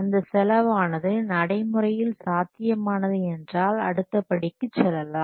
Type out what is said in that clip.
அந்த செலவானது நடைமுறையில் சாத்தியம் ஆனது என்றால் அடுத்த படிக்கு செல்லலாம்